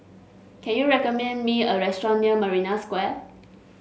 can you recommend me a restaurant near Marina Square